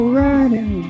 riding